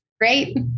Great